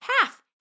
half